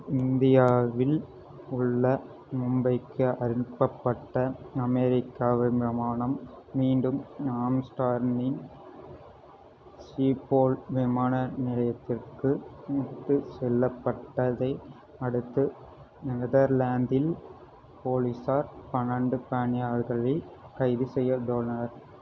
இந்தியாவில் உள்ள மும்பைக்கு அனுப்பப்பட்ட அமெரிக்கா விமானம் மீண்டும் ஆம்ஸ்டார்மின் ஷீப்போல் விமான நிலையத்திற்கு அழைத்துச் செல்லப்பட்டதை அடுத்து நெதர்லாந்தில் போலீஸார் பன்னெண்டு பயணியாளர்களை கைது செய்துள்ளனர்